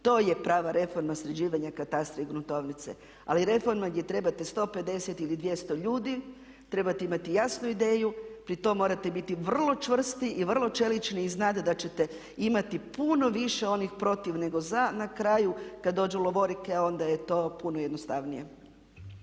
To je prava reforma sređivanja katastra i gruntovnice, ali reforma gdje trebate 150 ili 200 ljudi, trebate imati jasnu ideju. Pri tom morate biti vrlo čvrsti i vrlo čelični i znati da ćete imati puno više onih protiv nego za. Na kraju kad dođu lovorike onda je to puno jednostavnije.